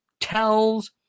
tells